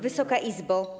Wysoka Izbo!